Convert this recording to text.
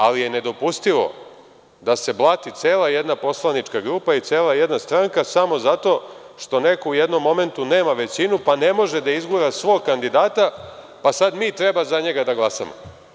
Ali, je nedopustivo da se blati cela jedna poslanička grupa i cela jedna stranka samo zato što neko u jednom momentu nema većinu pa ne može da izgura svog kandidata, pa sada mi treba za njega da glasamo.